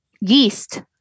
yeast